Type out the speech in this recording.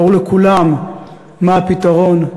ברור לכולם מה הפתרון.